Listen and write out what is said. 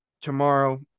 tomorrow